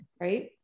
right